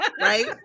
right